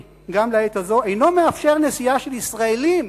גם לעת הזו אינו מאפשר נסיעה של ישראלים